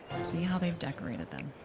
see how they've decorated them.